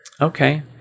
Okay